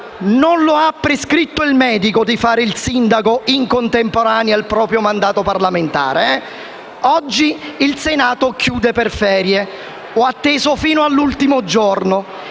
Non lo ha prescritto il medico di fare il sindaco in contemporanea al proprio mandato parlamentare. Oggi il Senato chiude per ferie. Io ho atteso fino all'ultimo giorno